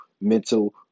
mental